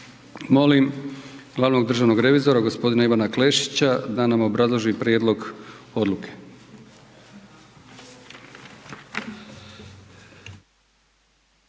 Molim Glavnog državnog revizora gospodina Ivana Klešića da nam obrazloži prijedlog odluke.